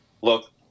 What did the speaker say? look